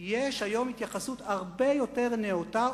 יש התייחסות הרבה יותר נאותה,